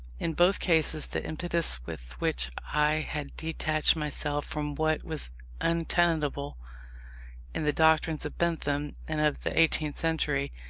in both cases, the impetus with which i had detached myself from what was untenable in the doctrines of bentham and of the eighteenth century,